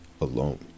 alone